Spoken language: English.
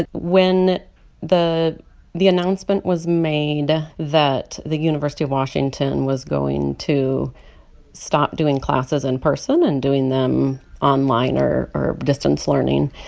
and when the the announcement was made that the university of washington was going to stop doing classes in person and doing them online or or distance learning,